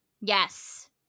Yes